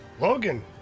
Logan